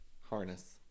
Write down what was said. harness